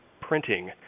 printing